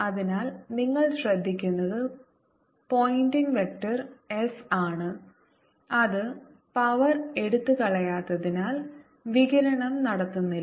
അതിനാൽ നിങ്ങൾ ശ്രദ്ധിക്കുന്നത് പോയിന്റിംഗ് വെക്റ്റർ s ആണ് അത് പവർ എടുത്തുകളയാത്തതിനാൽ വികിരണം നടത്തുന്നില്ല